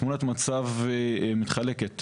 תמונת המצב מתחלקת לשניים.